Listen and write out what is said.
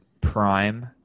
prime